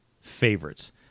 Favorites